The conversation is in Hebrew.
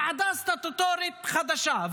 ועדה סטטוטורית חדשה,